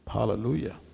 Hallelujah